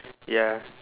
ya